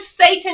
Satan